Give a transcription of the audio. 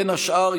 בין השאר,